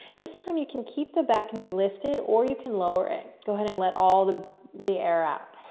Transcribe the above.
this time you can keep the back knee lifted, or you can lower it, go ahead and let all the the air out.